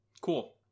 Cool